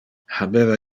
habeva